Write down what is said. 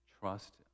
trust